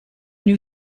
new